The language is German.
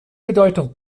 bedeutung